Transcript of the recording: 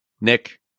Nick